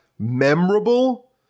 Memorable